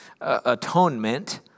atonement